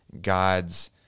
God's